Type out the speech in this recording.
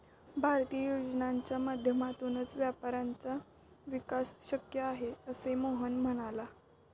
भारतीय योजनांच्या माध्यमातूनच व्यापाऱ्यांचा विकास शक्य आहे, असे मोहन म्हणाला